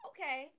Okay